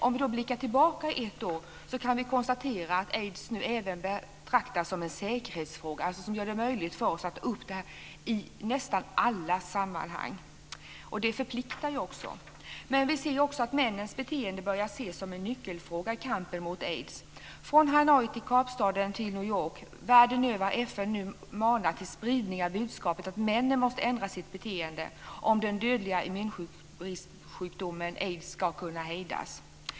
Om vi blickar tillbaka ett år kan vi konstatera att aids nu även betraktas som en säkerhetsfråga. Det gör det möjligt för oss att ta upp den i nästan alla sammanhang. Det förpliktar också. Men vi ser också att männens beteende börjar ses som en nyckelfråga i kampen mot aids. Från Hanoi till Kapstaden och till New York, världen över, har FN manat till spridning av budskapet att männen måste ändra sitt beteende om den dödliga immunbristsjukdomen aids ska kunna hejdas.